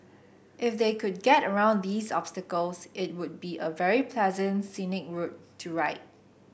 if they could get around these obstacles it would be a very pleasant scenic route to ride